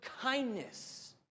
kindness